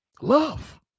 love